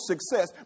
success